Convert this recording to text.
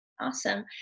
Awesome